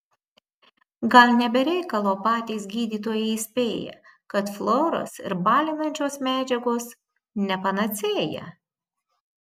gal ne be reikalo patys gydytojai įspėja kad fluoras ir balinančios medžiagos ne panacėja